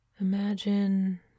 Imagine